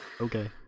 Okay